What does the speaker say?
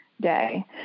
day